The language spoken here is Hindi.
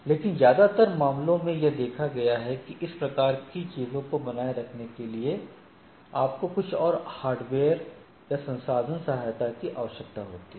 लेकिन ज्यादातर मामलों में यह देखा गया है कि इस प्रकार की चीजों को बनाए रखने के लिए आपको कुछ और हार्डवेयर या संसाधन सहायता की आवश्यकता होती है